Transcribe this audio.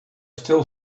still